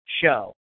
show